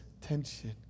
tension